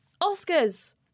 Oscars